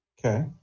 Okay